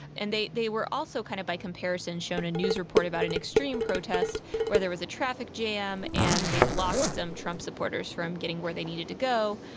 and they they were also, kind of by comparison, shown a news report about an extreme protest where there was a traffic jam and they blocked some trump supporters from getting where they needed to go.